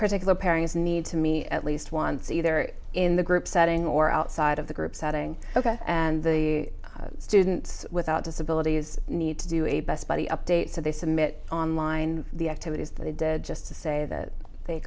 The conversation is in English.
particular pairings need to me at least once either in the group setting or outside of the group setting ok and the students without disabilities need to do a best buddy update so they submit online the activities they did just to say that they